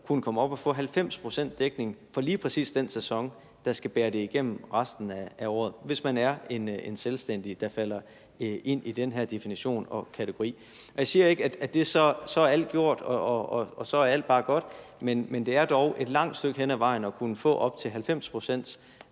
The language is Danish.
kunne komme op at få 90 pct.s dækning for lige præcis den sæson, der skal bære det igennem resten af året, altså hvis man er en selvstændig, der falder inden for den her definition og kategori. Jeg siger ikke, at alt så er gjort, og at alt så bare er godt, men det er dog et langt stykke hen ad vejen noget at kunne få op til 90 pct.s